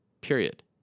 period